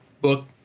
book